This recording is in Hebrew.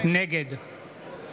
נגד